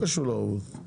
להם 100 מיליון שקל.